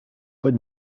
but